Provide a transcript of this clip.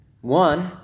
One